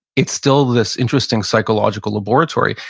it's still this interesting psychological laboratory.